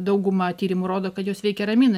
dauguma tyrimų rodo kad jos veikia ramina